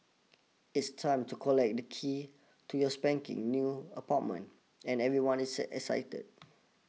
it's time to collect the keys to your spanking new apartment and everyone is excited